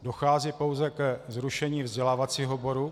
Dochází pouze ke zrušení vzdělávacího oboru.